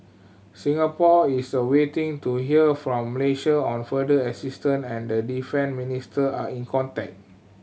Singapore is a waiting to hear from Malaysia on further assistance and the defence minister are in contact